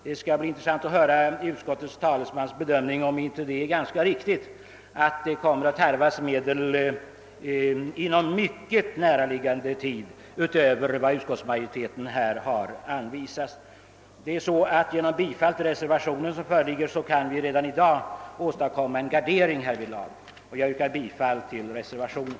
Det skall bli intressant att få höra av utskottets talesman huruvida det inte är riktigt att det inom en mycket näraliggande tid kommer att krävas medel utöver vad utskottsmajoriteten här har tillstyrkt. Genom bifall till den reservation som föreligger kan vi redan i dag åstadkomma en gardering härvidlag. Jag yrkar bifall till reservationen.